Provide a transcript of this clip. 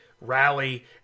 rally